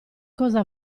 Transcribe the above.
cosa